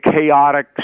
chaotic